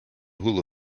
hula